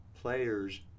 players